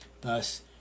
Thus